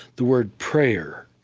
the word prayer,